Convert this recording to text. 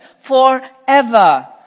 forever